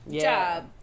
job